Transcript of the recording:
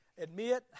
admit